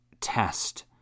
test